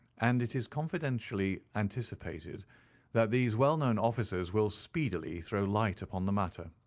and it is confidently anticipated that these well-known officers will speedily throw light upon the matter.